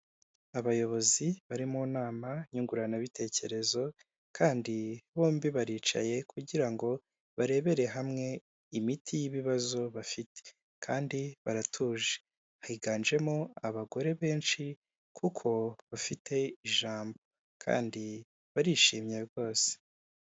Abayobozi bari mu nama nyunguranabitekerezo, kandi bombi baricaye kugira ngo barebere hamwe imiti y'ibibazo bafite, kandi baratuje, higanjemo abagore benshi kuko bafite ijambo kandi barishimye rwose.